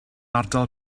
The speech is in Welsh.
ardal